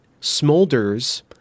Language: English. smolders